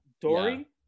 dory